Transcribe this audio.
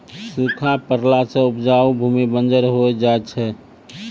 सूखा पड़ला सें उपजाऊ भूमि बंजर होय जाय छै